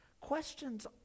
questions